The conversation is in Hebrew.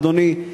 אדוני,